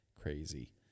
crazy